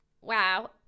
Wow